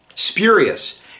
spurious